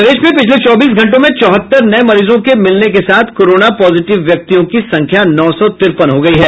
प्रदेश में पिछले चौबीस घंटों में चौहत्तर नये मरीजों के मिलने के साथ कोरोना पॉजिटिव व्यक्तियों की संख्या नौ सौ तिरपन हो गयी है